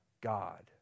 God